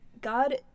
God